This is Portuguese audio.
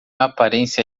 aparência